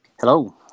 Hello